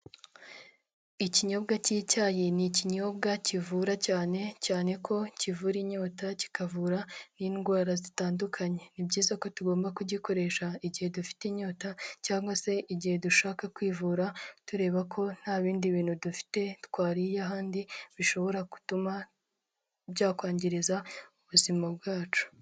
Ikinyobwa cy'icyayi ni ikinyobwa kivura cyane, cyane ko kivura inyota kikavura n'indwara zitandukanye. Ni byiza ko tugomba kugikoresha igihe dufite inyota cyangwa se igihe dushaka kwivura, tureba ko nta bindi bintu dufite twariye ahandi bishobora gutuma byakwangiriza ubuzima bwacu.